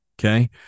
Okay